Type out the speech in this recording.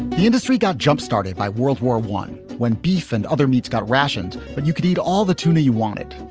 the industry got jumpstarted by world war one when beef and other meats got rationed. but you could eat all the tuna you wanted.